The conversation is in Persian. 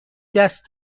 دست